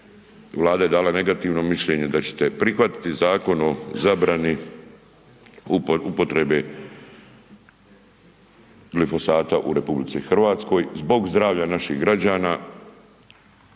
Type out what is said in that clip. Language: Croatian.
Vlada je dala negativno mišljenje da ćete prihvatiti Zakon o zabrani upotrebe glifosata u RH zbog zdravlja naših građana,